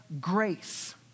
grace